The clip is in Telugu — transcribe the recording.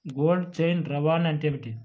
కోల్డ్ చైన్ రవాణా అంటే ఏమిటీ?